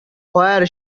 where